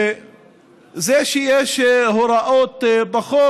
זה שיש הוראות בחוק,